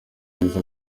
neza